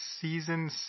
Season